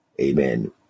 Amen